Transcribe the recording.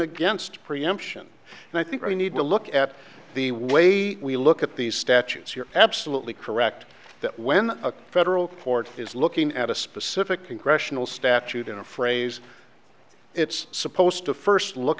against preemption and i think we need to look at the way we look at these statutes you're absolutely correct that when a federal court is looking at a specific congressional statute in a phrase it's supposed to first look